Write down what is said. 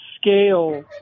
scale